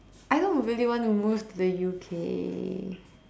I don't really want to move to the U_K